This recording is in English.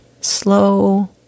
Slow